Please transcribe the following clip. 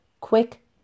quick